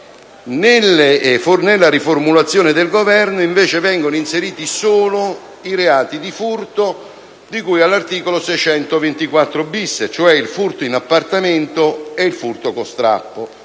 nella riformulazione del Governo, invece, vengono inseriti solo i reati di furto di cui all'articolo 624-*bis*, cioè il furto in appartamento ed il furto con strappo,